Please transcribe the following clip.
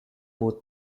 both